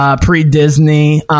Pre-Disney